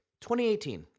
2018